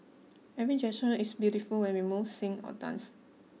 every gesture is beautiful when we move sing or dance